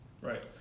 right